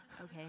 okay